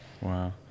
wow